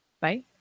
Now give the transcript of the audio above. Bye